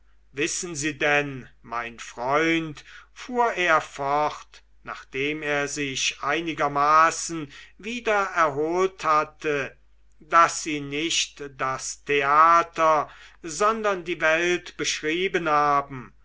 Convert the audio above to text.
wissen sie denn mein freund fuhr er fort nachdem er sich einigermaßen wieder erholt hatte daß sie nicht das theater sondern die welt beschrieben haben